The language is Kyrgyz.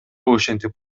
ошентип